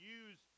use